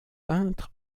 peintre